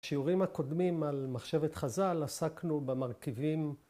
‫בשיעורים הקודמים על מחשבת חז"ל ‫עסקנו במרכיבים...